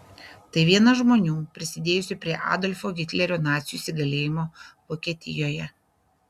tai vienas žmonių prisidėjusių prie adolfo hitlerio nacių įsigalėjimo vokietijoje